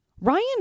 Ryan